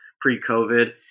pre-COVID